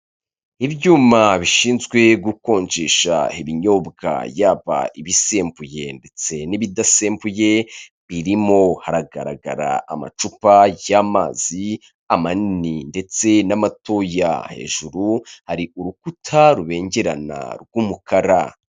Ibyuma bishinzwe gukonjesha ibinyobwa yaba ibisembuye ndetse n'ibidasembuye birimo, haragaragara amacupa y'amazi amanini ndetse n'amatoya, hejuru hari urukuta rubengerana rw'umukara.